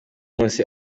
nkusi